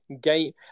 game